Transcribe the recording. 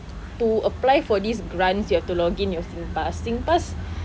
to apply for these grants you have to login your SingPass SingPass